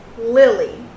lily